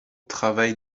travaille